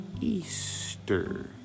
Easter